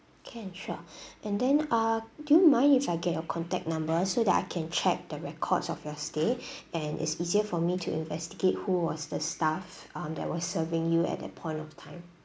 can sure and then ah do you mind if I get your contact number so that I can check the records of your stay and it's easier for me to investigate who was the staff um that was serving you at that point of time